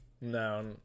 No